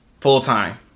Full-time